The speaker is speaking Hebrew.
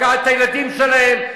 לקחת את הילדים שלהם,